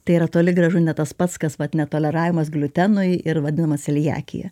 tai yra toli gražu ne tas pats kas vat netoleravimas gliutenui ir vadinamas celiakija